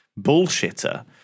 bullshitter